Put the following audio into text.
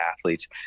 athletes